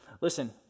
Listen